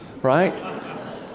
right